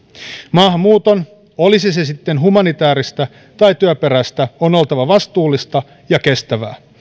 maahanmuuton olisi se sitten humanitääristä tai työperäistä on oltava vastuullista ja kestävää